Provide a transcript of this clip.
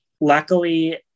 luckily